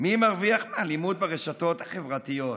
מי מרוויח מהאלימות ברשתות החברתיות.